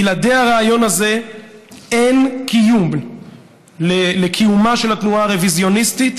בלעדי הרעיון הזה אין קיום לקיומה של התנועה הרוויזיוניסטית.